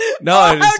No